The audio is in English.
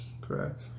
correct